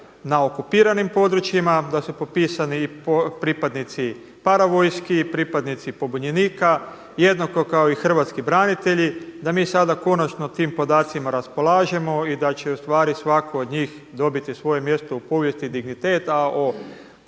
na okupiranim područjima, da su popisani i pripadnici paravojski i pripadnici pobunjenika jednako kao i hrvatski branitelji, da mi sada konačno tim podacima raspolažemo i da će u stvari svatko od njih dobiti svoje mjesto u povijesti dignitet, a o